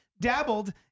dabbled